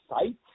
site